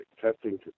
testing